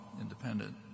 independent